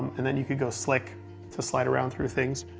and then you could go slick to slide around through things.